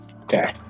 Okay